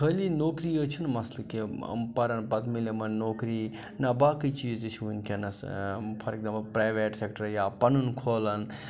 خٲلی نوکری ٲژ چھِنہٕ مَسلہٕ کہِ پَرَن پَتہٕ ملہِ یِمَن نوکری نہ باقٕے چیٖز تہِ چھِ وٕنکٮ۪نَس فار اٮ۪گزامپٕل پرٛایویٹ سٮ۪کٹَر یا پَنُن کھولَن